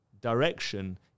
direction